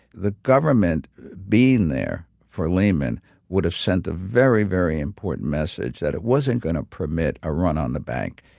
the government being there for lehman would have sent a very, very important message that it wasn't going to permit a run on the bank.